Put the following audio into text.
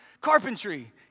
carpentry